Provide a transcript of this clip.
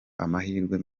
amahirwe